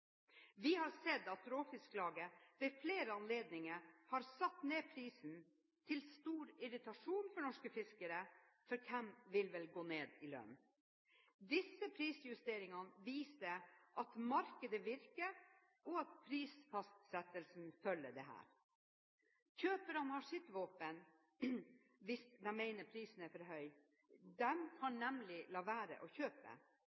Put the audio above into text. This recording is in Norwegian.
Vi har sett at Råfisklaget ved flere anledninger har satt ned prisen, til stor irritasjon for norske fiskere – for hvem vil vel gå ned i lønn? Disse prisjusteringene viser at markedet virker, og at prisfastsettelsen følger dette. Kjøperne har sitt våpen hvis de mener prisen er for høy. De kan nemlig la være å kjøpe.